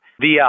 via